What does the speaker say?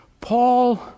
Paul